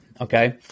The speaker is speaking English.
Okay